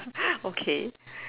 okay